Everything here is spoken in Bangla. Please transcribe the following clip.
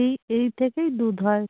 এই এই থেকেই দুধ হয়